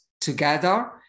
together